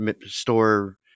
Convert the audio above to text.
store